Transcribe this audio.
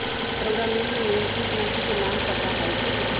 रउरा main main किटनाशी के नाम पता हए कि?